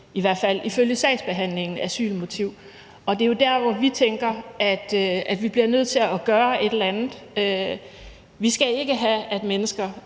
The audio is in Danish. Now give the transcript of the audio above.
i hvert fald ifølge sagsbehandlingen – asylmotiv. Og det er jo der, hvor vi tænker at vi bliver nødt til at gøre et eller andet. Vi skal ikke have, at mennesker